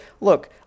look